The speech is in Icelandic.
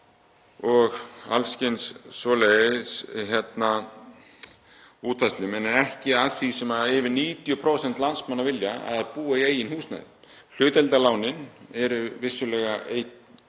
og alls kyns svoleiðis útfærslur en ekki það sem yfir 90% landsmanna vilja, að búa í eigin húsnæði. Hlutdeildarlánin eru vissulega einn